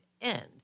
end